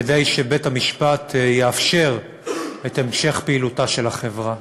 כדי שבית-המשפט יאפשר את המשך פעילותה של החברה.